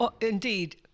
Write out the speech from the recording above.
indeed